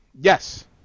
Yes